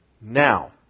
now